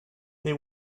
they